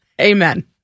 Amen